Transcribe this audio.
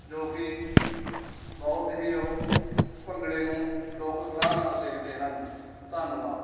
ਜੋ ਕਿ ਬਹੁਤ ਹੀ ਉਹ ਭੰਗੜੇ ਨੂੰ ਲੋਕ ਉਤਸ਼ਾਹ ਨਾਲ ਦੇਖਦੇ ਹਨ ਧੰਨਵਾਦ